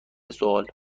سوال